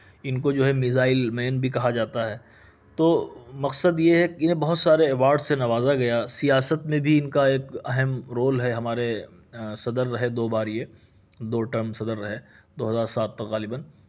ان کو جو ہے میزائل مین بھی کہا جاتا ہے تو مقصد یہ ہے کہ انہیں بہت سارے ایوارڈ سے نوازا گیا سیاست میں بھی ان کا ایک اہم رول ہے ہمارے صدر رہے دو بار یہ دو ٹرم صدر رہے دو ہزار سات تھا غالباً